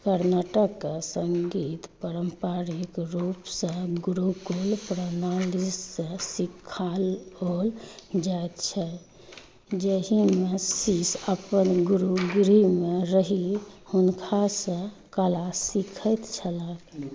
कर्नाटक सङ्गीत पारम्परिक रूपसँ गुरुकुल प्रणालीसँ सिखाओल जाइत छल जाहिमे शिष्य अपन गुरू गृहमे रहि हुनकासँ कला सीखैत छल